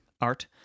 Art